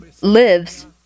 lives